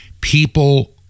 People